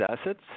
assets